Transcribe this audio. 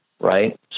Right